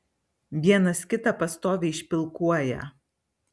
vienas kitą pastoviai špilkuoja